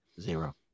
Zero